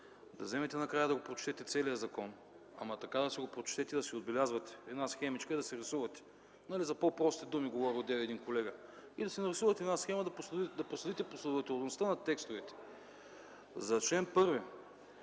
Да вземете накрая да прочетете целия закон, но така да го прочетете – да си отбелязвате, една схемичка и да си рисувате, нали, за по-прости думи говори одеве един колега. Нарисувайте си една схема, да проследите последователността на текстовете. За чл.